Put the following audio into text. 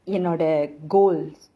you know the goals